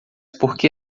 porque